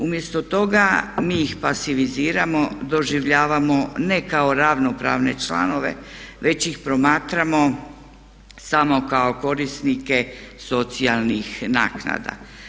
Umjesto toga mi ih pasiviziramo, doživljavamo ne kao ravnopravne članove već ih promatramo samo kao korisnike socijalnih naknada.